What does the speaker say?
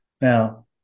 Now